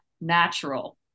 natural